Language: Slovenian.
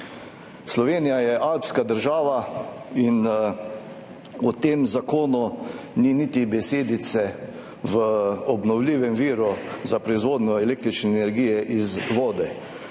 Slovenija je alpska država in v tem zakonu ni niti besedice o obnovljivem viru za proizvodnjo električne energije iz vode.